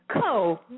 co